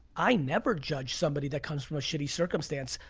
i never judge somebody that comes from a shitty circumstance.